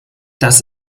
das